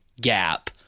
gap